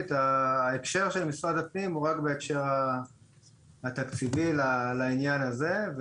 ההקשר של משרד הפנים הוא רק בהקשר התקציבי לעניין הזה.